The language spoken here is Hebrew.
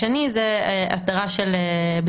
בדיקת PCR. הדבר השני הוא הסדרה של בדיקה